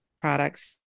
products